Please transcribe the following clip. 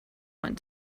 went